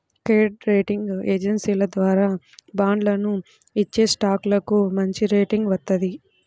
credit rating ఏజెన్సీల ద్వారా బాండ్లను ఇచ్చేస్టాక్లకు మంచిరేటింగ్ వత్తది